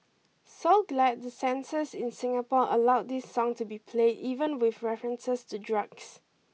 so glad the censors in Singapore allowed this song to be played even with references to drugs